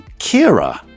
Kira